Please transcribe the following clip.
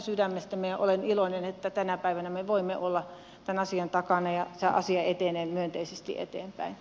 minä olen iloinen että tänä päivänä me voimme olla tämän asian takana ja se asia etenee myönteisesti eteenpäin